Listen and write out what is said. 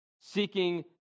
Seeking